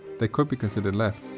they could be considered left.